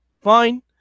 fine